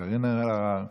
קארין אלהרר,